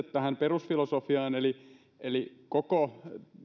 tähän perusfilosofiaan eli koko